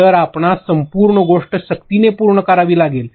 तर आपणास संपूर्ण गोष्ट सक्तीने पूर्ण करावी लागेल